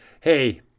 hey